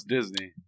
Disney